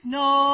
no